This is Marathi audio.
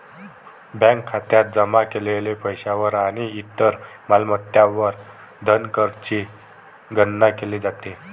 बँक खात्यात जमा केलेल्या पैशावर आणि इतर मालमत्तांवर धनकरची गणना केली जाते